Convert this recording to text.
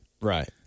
Right